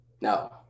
No